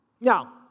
Now